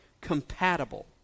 Compatible